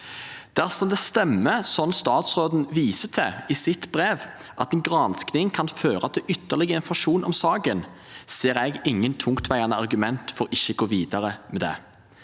Dersom det stemmer, som statsråden viser til i sitt brev, at en gransking kan føre til ytterligere informasjon om saken, ser jeg ingen tungtveiende argument for ikke å gå videre med det.